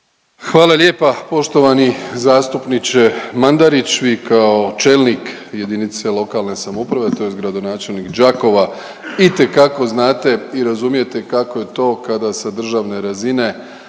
Hvala lijepa poštovani zastupniče Mandarić. Vi kao čelnik jedinice lokalne samouprave tj. gradonačelnik Đakova itekako znate i razumijete kako je to kada sa državne razine